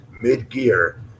mid-gear